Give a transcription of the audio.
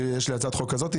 שיש לי הצעת חוק כזאת,